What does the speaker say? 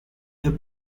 their